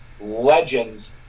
legends